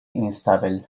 instabil